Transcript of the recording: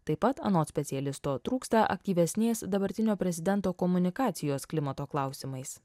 taip pat anot specialisto trūksta aktyvesnės dabartinio prezidento komunikacijos klimato klausimais